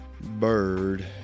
bird